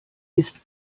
ist